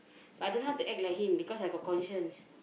I don't know how to act like him because I got conscience